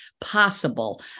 possible